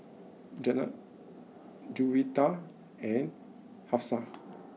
Jenab Juwita and Hafsa